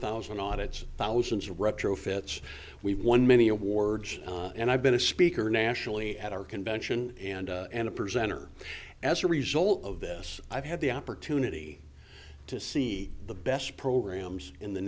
thousand audits thousands retrofits we've won many awards and i've been a speaker nationally at our convention and and a present or as a result of this i've had the opportunity to see the best programs in the